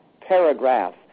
paragraph